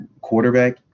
quarterback